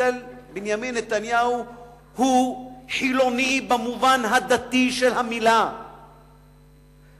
בנימין נתניהו חילוני במובן הדתי של המלה ולא